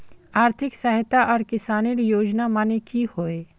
आर्थिक सहायता आर किसानेर योजना माने की होय?